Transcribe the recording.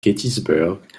gettysburg